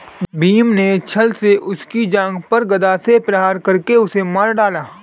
भीम ने छ्ल से उसकी जांघ पर गदा से प्रहार करके उसे मार डाला